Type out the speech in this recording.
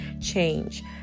change